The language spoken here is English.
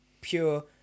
pure